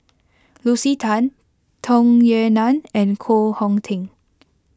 Lucy Tan Tung Yue Nang and Koh Hong Teng